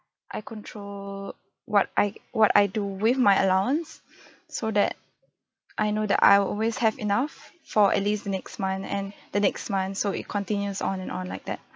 I control what I what I do with my allowance so that I know that I will always have enough for at least the next month and the next month so it continues on and on like that